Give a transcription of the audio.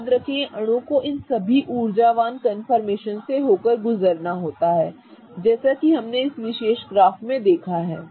याद रखें अणु को इन सभी ऊर्जावान कन्फर्मेशन से गुजरना पड़ता है जैसा कि हमने इस विशेष ग्राफ पर देखा ठीक है